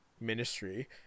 ministry